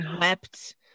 wept